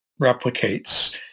replicates